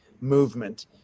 movement